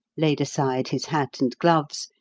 laid aside his hat and gloves,